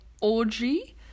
Orgy